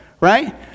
right